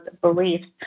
beliefs